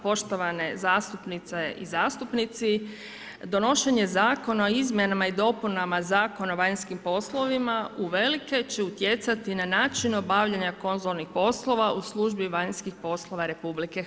Poštovane zastupnice i zastupnici, donošenje zakona o izmjenama i dopunama Zakona o vanjskim poslovima uvelike će utjecati na način obavljanja konzularnih poslova u službi vanjskih poslova RH.